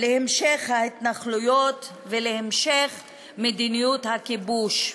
להמשך ההתנחלויות או להמשך מדיניות הכיבוש.